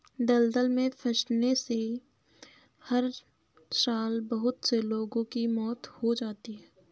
दलदल में फंसने से हर साल बहुत से लोगों की मौत हो जाती है